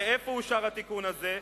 ואיפה אושר התיקון הזה?